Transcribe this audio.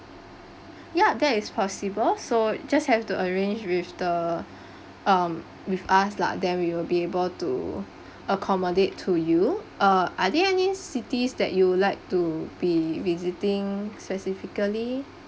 ya that is possible so just have to arrange with the um with us lah then we will be able to accommodate to you uh are there any cities that you would like to be visiting specifically